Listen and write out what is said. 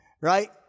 right